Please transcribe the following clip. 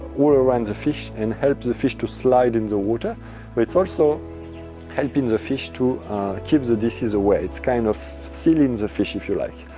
around the fish and help the fish to slide in the water. but it's also helping the fish to keep the disease away. it's kind of sealing the fish, if you like.